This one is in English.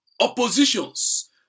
Oppositions